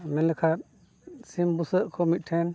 ᱢᱮᱱ ᱞᱮᱠᱷᱟᱱ ᱥᱤᱢ ᱵᱩᱥᱟᱹᱜ ᱠᱚ ᱢᱤᱫᱴᱷᱮᱱ